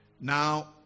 Now